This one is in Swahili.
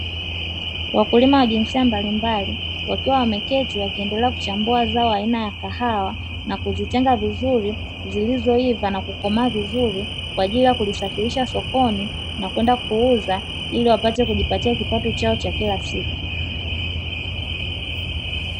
Wakulima wa jinsia mbalimbali, wakiwa wameketi wakiendelea kuchambua zao aina ya kahawa, na kuzitenga vizuri zilizoiva na kukomaa vizuri, kwa ajili ya kuzisafirisha sokoni na kwenda kuuza, ili wapate kujipatia kipato chao cha kila siku.